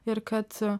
ir kad